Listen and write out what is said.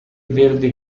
verde